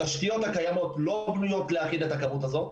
התשתיות הקיימות לא בנויות להכיל את הכמות הזו,